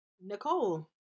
Nicole